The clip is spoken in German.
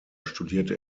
studierte